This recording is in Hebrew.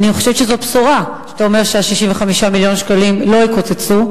אני חושבת שזאת בשורה שאתה אומר שה-65 מיליון שקלים לא יקוצצו,